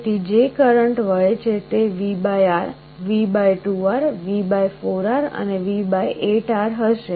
તેથી જે કરંટ વહે છે તે VR V2R V4R અને V8R હશે